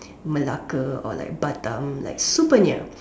Melaka or like Batam like super near